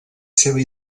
seva